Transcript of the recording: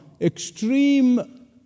extreme